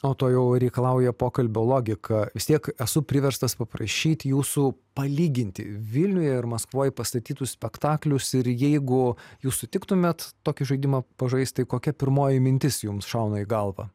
o to jau reikalauja pokalbio logika vis tiek esu priverstas paprašyt jūsų palyginti vilniuje ir maskvoj pastatytus spektaklius ir jeigu jūs sutiktumėt tokį žaidimą pažaist tai kokia pirmoji mintis jums šauna į galvą